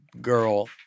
girl